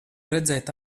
redzēt